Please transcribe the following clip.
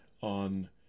on